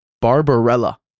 Barbarella